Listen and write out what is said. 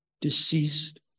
deceased